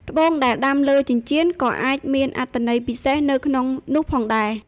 ត្បូងដែលដាំលើចិញ្ចៀនក៏អាចមានអត្ថន័យពិសេសនៅក្នុងនោះផងដែរ។